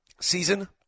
season